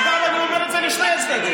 אגב, אני אומר את זה לשני הצדדים.